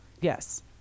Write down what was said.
yes